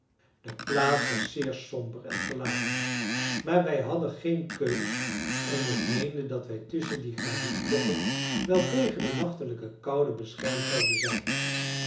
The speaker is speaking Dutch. de plaats was zeer somber en verlaten maar wij hadden geen keus en ik meende dat wij tusschen die granietblokken wel tegen de nachtelijke koude beschermd zouden zijn